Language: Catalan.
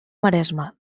maresma